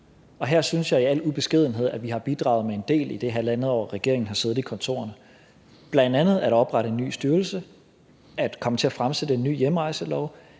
Og her synes jeg i al ubeskedenhed, at vi har bidraget med en del i det halvandet år, regeringen har siddet i kontorerne: bl.a. er der oprettet en ny styrelse, vi er nået frem til at fremsætte en ny hjemrejselov,